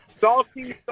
Salty